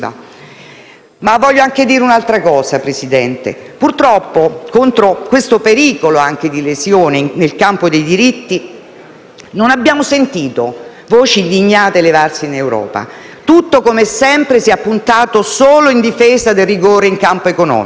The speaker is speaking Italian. Voglio anche dire un'altra cosa, signor Presidente. Purtroppo, contro questo pericolo di lesioni nel campo dei diritti non abbiamo sentito voci indignate levarsi in Europa. Tutto, come sempre, si è appuntato solo in difesa del rigore in campo economico.